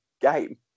game